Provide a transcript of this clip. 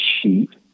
sheet